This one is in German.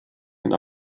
den